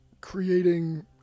creating